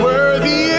Worthy